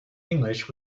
english